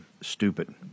stupid